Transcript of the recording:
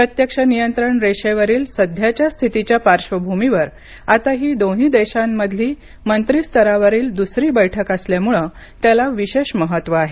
प्रत्यक्ष नियंत्रण रेषेवरील सध्याच्या स्थितीच्या पार्श्वभूमीवर आता ही दोन्ही देशांमधली मंत्रीस्तरावरील दुसरी बैठक असल्यामुळे त्याला विशेष महत्त्व आहे